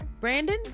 Brandon